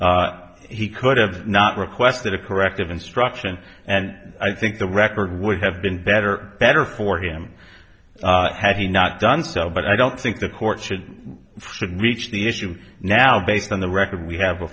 dunk he could have not requested a corrective instruction and i think the record would have been better better for him had he not done so but i don't think the court should should reach the issue now based on the record we have